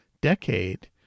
decade